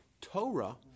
Torah